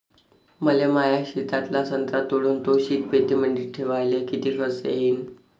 मले माया शेतातला संत्रा तोडून तो शीतपेटीमंदी ठेवायले किती खर्च येईन?